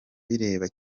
bireba